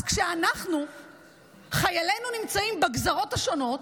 אז כשחיילינו נמצאים בגזרות השונות,